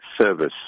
service